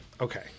Okay